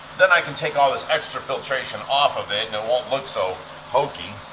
then i can take all this extra filtration off of it and it won't look so hokey.